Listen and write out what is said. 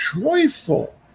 joyful